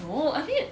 no I think